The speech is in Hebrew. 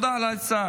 תודה על העצה.